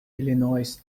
illinois